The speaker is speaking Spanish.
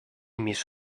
mis